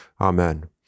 Amen